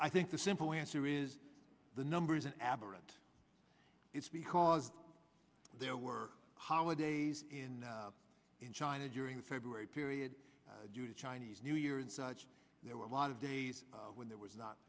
i think the simple answer is the number is an aberrant it's because there were holidays in in china during the february period due to chinese new year and such there were a lot of days when there was not